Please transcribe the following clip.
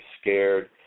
scared